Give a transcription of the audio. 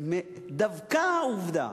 דווקא העובדה